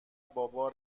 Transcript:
بابا